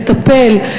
לטפל,